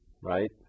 right